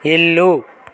ఇల్లు